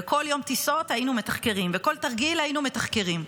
וכל יום טיסות היינו מתחקרים וכל תרגיל היינו מתחקרים,